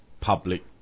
public